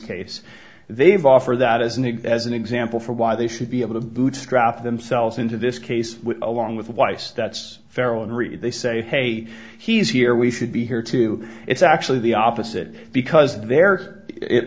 case they've offered that as an a as an example for why they should be able to bootstrap themselves into this case along with weis that's fair and really they say hey he's here we should be here too it's actually the opposite because there